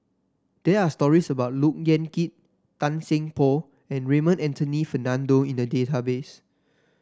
there are stories about Look Yan Kit Tan Seng Poh and Raymond Anthony Fernando in the database